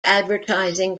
advertising